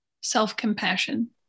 self-compassion